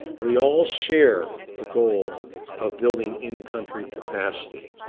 we all share the goal of building in country capacity,